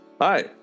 Hi